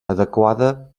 adequada